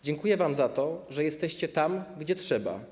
Dziękuję wam za to, że jesteście tam, gdzie trzeba.